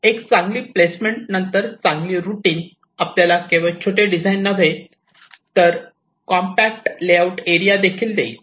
एक चांगली प्लेसमेंट नंतर चांगली रूटिंग आपल्याला केवळ छोटे डिझाइन नव्हे तर कॉम्पॅक्ट लेआउट एरिया देखील देईल